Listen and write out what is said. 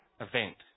event